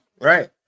Right